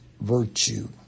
virtue